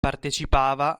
partecipava